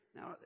Now